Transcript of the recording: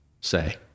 say